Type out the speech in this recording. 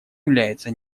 является